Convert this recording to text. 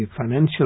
financial